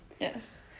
Yes